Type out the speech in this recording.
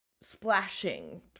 splashing